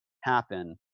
happen